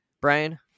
Brian